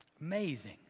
Amazing